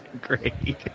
Great